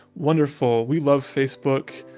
wonderful. we love facebook.